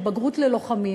של בגרות ללוחמים,